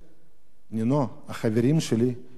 נינו, החברים שלי, ואני שירתי בצבא,